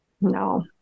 No